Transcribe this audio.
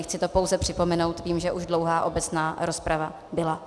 Chci to pouze připomenout s tím, že už dlouhá obecná rozprava byla.